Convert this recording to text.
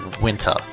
winter